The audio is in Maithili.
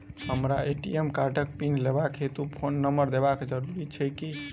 हमरा ए.टी.एम कार्डक पिन लेबाक हेतु फोन नम्बर देबाक जरूरी छै की?